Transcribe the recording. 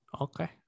okay